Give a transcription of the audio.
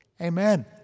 Amen